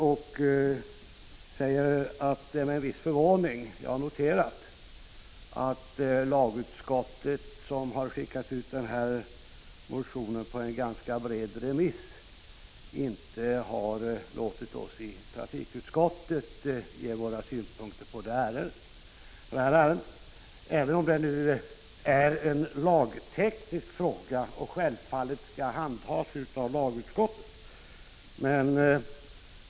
Det är med viss förvåning som jag har noterat att lagutskottet, som har skickat ut denna motion på en ganska brett upplagd remiss, inte har låtit oss i trafikutskottet ge våra synpunkter på ärendet — även om det är en lagteknisk fråga som självfallet skall handhas av lagutskottet.